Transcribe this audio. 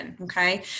Okay